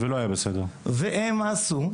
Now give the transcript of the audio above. והם עשו,